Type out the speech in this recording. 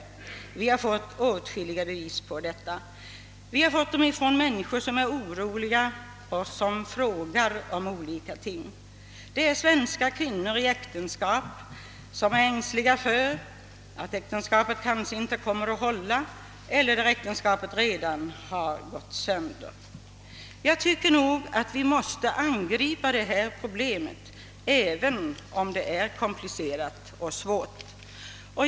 Vi har fått många bevis på detta. Vi har fått dem från människor som är oroliga och som frågar om olika ting. Det är brev från svenska kvinnor, som är ängsliga för att deras äktenskap kanske inte kommer att hålla eller brev från dem, vilkas äktenskap redan gått sönder. Jag tycker nog att vi måste angripa detta problem, även om det är komplicerat och svårt.